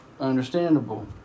understandable